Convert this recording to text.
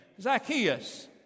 Zacchaeus